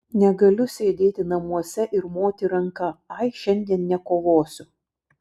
negaliu sėdėti namuose ir moti ranka ai šiandien nekovosiu